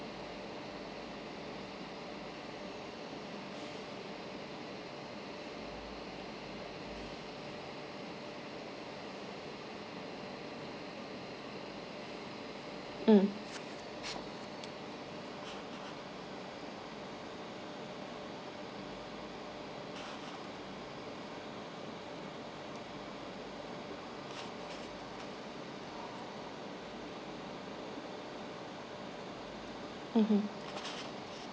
mm mmhmm